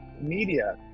media